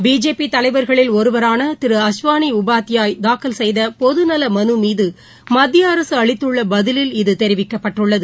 பிஜேபிதலைவர்களில் ஒருவரானதிரு அஸ்வானிஉபாத்தியாய் தாக்கல் செய்தபொதுநலமனுமீதமத்தியஅரசுஅளித்தள்ளபதிலில் இது தெரிவிக்கபட்டுள்ளது